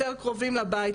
יותר קרובים לבית,